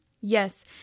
Yes